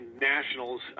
nationals